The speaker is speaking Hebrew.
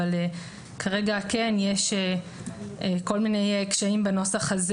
אבל כרגע כן יש כל מיני קשיים בנוסח הזה